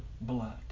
blood